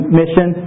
mission